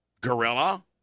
gorilla